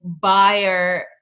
buyer